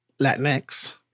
Latinx